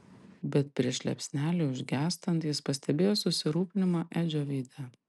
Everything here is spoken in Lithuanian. bet prieš liepsnelei užgęstant jis pastebėjo susirūpinimą edžio veide